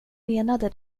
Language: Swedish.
menade